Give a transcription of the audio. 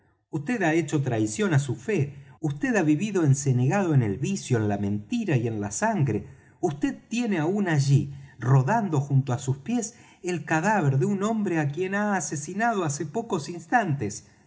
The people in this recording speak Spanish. vd ha hecho traición á su fe vd ha vivido encenagado en el vicio en la mentira y en la sangre vd tiene aún allí rodando junto á sus pies el cadáver de un hombre á quien ha asesinado hace pocos instantes